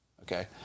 Okay